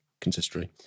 consistory